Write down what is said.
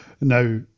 now